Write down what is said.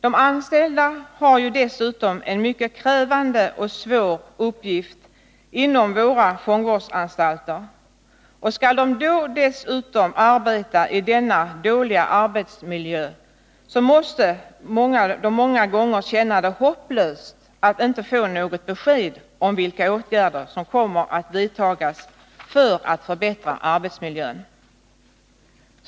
De anställda inom våra fångvårdsanstalter har dessutom en mycket krävande och svår uppgift. Skall de dessutom arbeta i denna dåliga arbetsmiljö måste de många gånger kärna det hopplöst att inte få något besked om vilka åtgärder som kommer att vidtas för att förbättra deras arbetsmiljö.